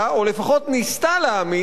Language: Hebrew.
או לפחות ניסתה להעמיס,